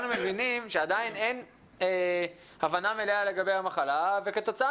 מבינים שעדיין אין הבנה מלאה לגבי המחלה וכתוצאה